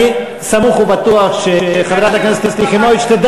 אני סמוך ובטוח שחברת הכנסת יחימוביץ תדע